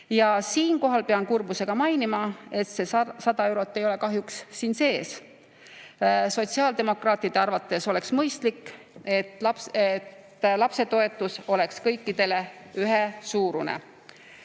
Siinkohal pean kurbusega mainima, et see 100 eurot ei ole kahjuks siin [eelnõus] sees. Sotsiaaldemokraatide arvates oleks mõistlik, kui lapsetoetus oleks kõikidel ühesuurune.